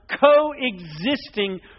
co-existing